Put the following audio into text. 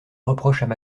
reprochent